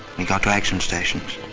we got to action stations.